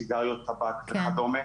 סיגריות טבק וכדומה,